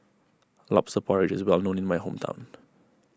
Lobster Porridge is well known in my hometown